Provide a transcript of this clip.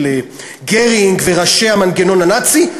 של גרינג וראשי המנגנון הנאצי,